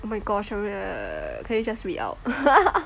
oh my gosh I mean err can you just read out